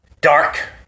Dark